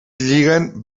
lliguen